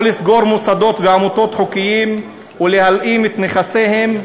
או לסגור מוסדות ועמותות חוקיים ולהלאים את נכסיהם,